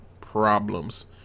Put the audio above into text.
problems